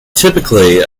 typically